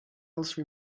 else